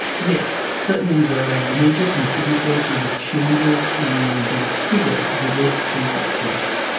yes, certainly the major contributor to the changes in these figures relate to death.